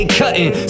cutting